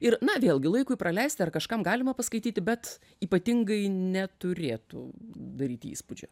ir na vėlgi laikui praleisti ar kažkam galima paskaityti bet ypatingai neturėtų daryti įspūdžio